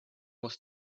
was